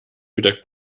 wieder